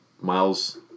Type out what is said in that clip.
miles